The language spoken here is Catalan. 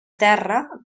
terra